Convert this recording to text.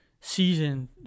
season